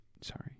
Sorry